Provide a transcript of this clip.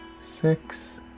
six